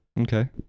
Okay